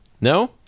No